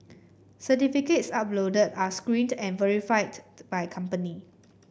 certificates uploaded are screened and verified by company